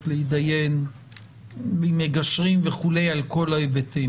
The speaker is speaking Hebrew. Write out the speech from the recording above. להתדיין עם מגשרים וכולי על כל ההיבטים.